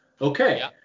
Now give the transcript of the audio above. Okay